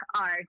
art